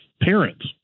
parents